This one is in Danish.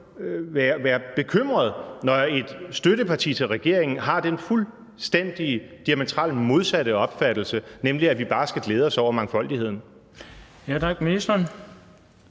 være bekymret, når et støtteparti til regeringen har den fuldstændig diametralt modsatte opfattelse, nemlig at vi bare skal glæde os over mangfoldigheden. Kl. 16:45 Den